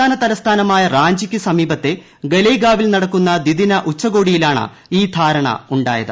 സംസ്ഥാന തലസ്ഥാനമായ റാഞ്ചിക്ക് സമീപത്തെ ഗലേഗാവിൽ നടക്കുന്ന ദിദിന ഉച്ചകോടിയിലാണ് ഈ ധാരണ ഉണ്ടായത്